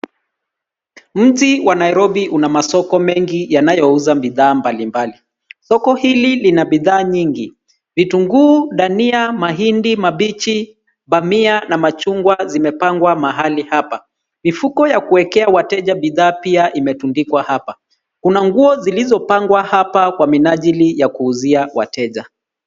Mji wa Nairobi una masoko mengi yanayouza bidhaa mbalimbali. Soko hili lina bidhaa nyingi. Vitunguu, dania, mahindi mabichi, bamia na machungwa zimepangwa mahali hapa. Mifuko ya kuekea wateja bidhaa pia imetundikwa hapa. Kuna nguo zilizopangwa hapa kwa minajili ya kuuzia wateja.